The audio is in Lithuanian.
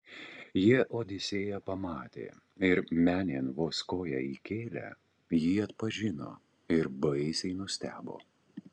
jie odisėją pamatė ir menėn vos koją įkėlę jį atpažino ir baisiai nustebo